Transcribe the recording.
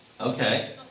Okay